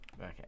Okay